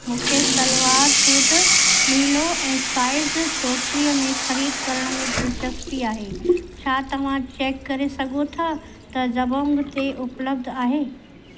मूंखे सलवार सूट नीलो ऐं साईज चोटीह में ख़रीदु करण में दिलचस्पी आहे छा तव्हां चेक करे सघो था त ज़बोंग ते उपलब्ध आहे